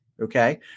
Okay